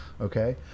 okay